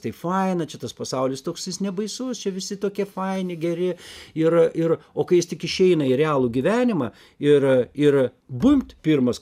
taip faina čia tas pasaulis toks jis nebaisus čia visi tokie faini geri ir ir o kai jis tik išeina į realų gyvenimą ir ir bumbt pirmas